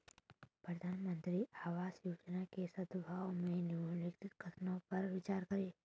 प्रधानमंत्री आवास योजना के संदर्भ में निम्नलिखित कथनों पर विचार करें?